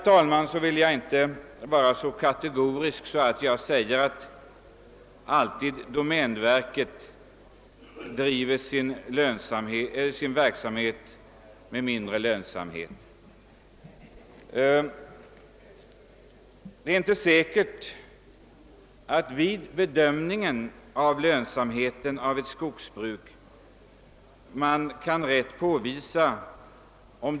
| Jag vill inte vara så kategorisk att jag säger att domänverket alltid driver sin verksamhet med dålig lönsamhet. Det är inte säkert att man vid ett försök till en bedömning kan påvisa om det :ena eller det andra företaget är det mest lönsamma.